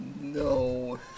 no